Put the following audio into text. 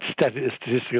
statistical